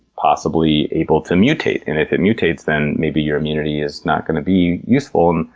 possibly able to mutate? and if it mutates, then maybe your immunity is not going to be useful. and